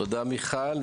תודה מיכל,